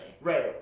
right